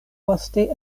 poste